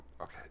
Okay